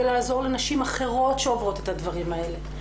לעזור לנשים אחרות שעוברות את הדברים האלה: